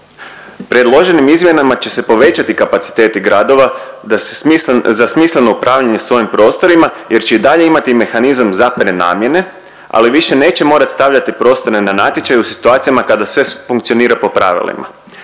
Predloženim izmjenama će se povećati kapaciteti gradova za smisleno upravljanje sa ovim prostorima, jer će i dalje imati mehanizam za prenamjene ali više neće morati stavljati prostore na natječaj u situacijama kada sve funkcionira po pravilima.